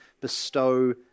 bestow